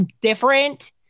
different